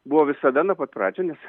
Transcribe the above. buvo visada nuo pat pradžių nes